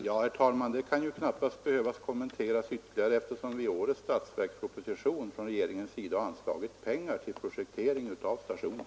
Herr talman! Mitt besked behöver knappast kompletteras ytterligare i det fallet, eftersom regeringen i årets statsverksproposition har anslagit pengar till projektering av stationen.